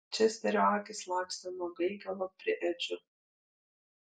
česterio akys lakstė nuo gaigalo prie edžio